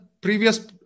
previous